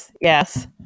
Yes